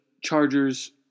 Chargers